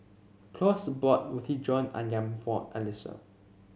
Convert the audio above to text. Claus bought Roti John ayam for Allyssa